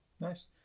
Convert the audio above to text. nice